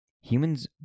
Humans